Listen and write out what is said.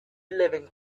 living